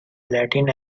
latin